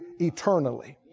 eternally